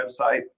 website